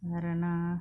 வேர என்னா:vera enna